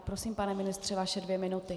Prosím, pane ministře, vaše dvě minuty.